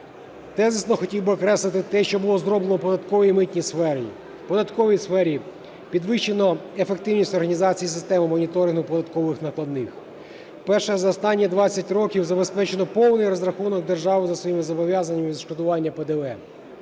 Тезисно хотів би окреслити те, що було зроблено у податковій і митній сфері. У податковій сфері підвищено ефективність організації системи моніторингу податкових накладних. Вперше за останні 20 років забезпечено повний розрахунок держави за своїми зобов'язаннями відшкодування ПДВ,